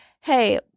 hey